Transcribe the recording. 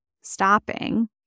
stopping